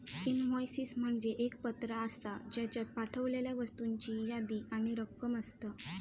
invoices म्हणजे एक पत्र आसा, ज्येच्यात पाठवलेल्या वस्तूंची यादी आणि रक्कम असता